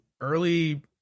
early